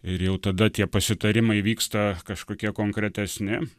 ir jau tada tie pasitarimai vyksta kažkokie konkretesni